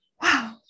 wow